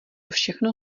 všechno